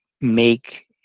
make